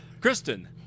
Kristen